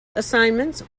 assignments